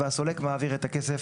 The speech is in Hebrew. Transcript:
והסולק מעביר את הכסף